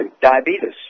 diabetes